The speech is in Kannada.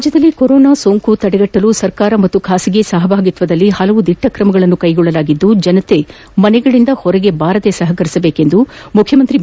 ರಾಜ್ಞದಲ್ಲಿ ಕೊರೋನಾ ಸೋಂಕು ತಡೆಗಟ್ಟಲು ಸರ್ಕಾರ ಮತ್ತು ಖಾಸಗಿ ಸಹಭಾಗಿತ್ವದಲ್ಲಿ ಹಲವು ದಿಟ್ವ ತ್ರಮಗಳನ್ನು ಕೈಗೊಂಡಿದ್ದು ಜನರು ಮನೆಯಿಂದ ಹೊರಗೆ ಬಾರದೆ ಸಹಕರಿಸಬೇಕೆಂದು ಮುಖ್ಯಮಂತ್ರಿ ಬಿ